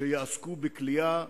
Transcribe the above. שבצה"ל יעסקו בכליאה.